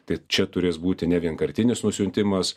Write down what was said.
tai čia turės būti ne vienkartinis nusiuntimas